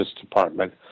Department